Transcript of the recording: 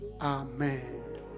Amen